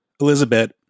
Elizabeth